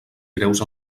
greus